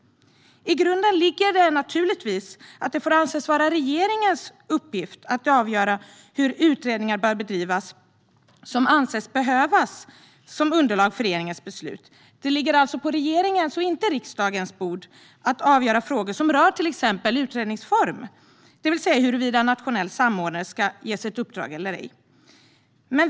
I grunden ligger naturligtvis att det får anses vara regeringens uppgift att avgöra hur utredningar som anses behövas som underlag för regeringens beslut bör bedrivas. Det ligger alltså på regeringens och inte riksdagens bord att avgöra frågor som rör till exempel utredningsform, det vill säga huruvida en nationell samordnare ska ges ett uppdrag eller ej.